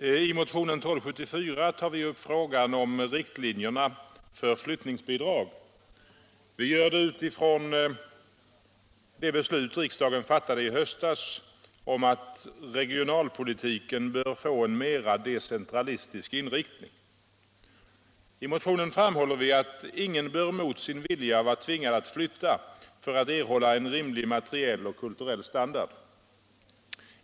I motionen 1274 har vi tagit upp frågan om riktlinjerna för flyttningsbidrag. Vi gör det utifrån det beslut som riksdagen fattade i höstas om att regionalpolitiken bör få en mera decentralistisk inriktning. I motionen framhåller vi att ingen bör mot sin vilja vara tvingad att flytta för att erhålla en rimlig materiell och kulturell standard.